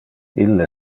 ille